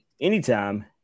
anytime